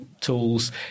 tools